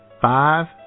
five